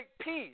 peace